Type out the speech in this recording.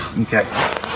Okay